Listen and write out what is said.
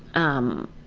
um.